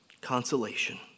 Consolation